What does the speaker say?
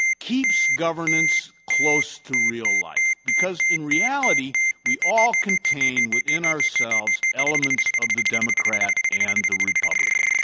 keeps governance close to real life because in reality we all contain within ourselves elements of the democrat and the republican.